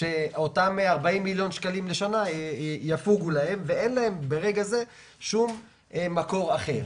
כשאותם 40 מיליון שקלים לשנה יפוגו להם ואין להם ברגע זה שום מקור אחר.